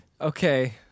okay